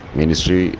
ministry